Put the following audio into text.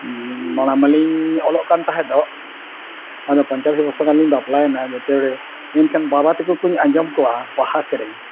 ᱢᱟᱲᱟᱝ ᱢᱟᱞᱤᱧ ᱚᱞᱚᱜ ᱠᱟᱱ ᱛᱟᱦᱮᱸ ᱫᱚ ᱟᱫᱚ ᱯᱚᱧᱪᱟᱥ ᱵᱚᱪᱷᱚᱨ ᱜᱟᱱ ᱞᱤᱧ ᱵᱟᱯᱞᱟᱭᱮᱱᱟ ᱡᱚᱠᱷᱚᱱ ᱮᱱ ᱠᱷᱟᱱ ᱵᱟᱵᱟ ᱛᱟᱠᱚ ᱠᱚᱧ ᱟᱸᱡᱚᱢ ᱠᱚᱣᱟ ᱵᱟᱦᱟ ᱥᱮᱨᱮᱧ